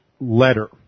letter